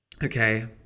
Okay